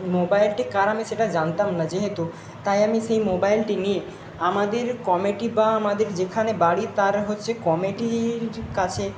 মোবাইলটি কার আমি সেটা জানতাম না যেহেতু তাই আমি সেই মোবাইলটি নিয়ে আমাদের কমিটি বা আমাদের যেখানে বাড়ি তার হচ্ছে কমিটির কাছে